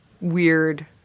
weird